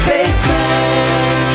Basement